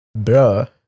Bruh